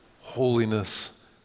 holiness